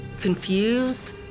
confused